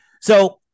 So-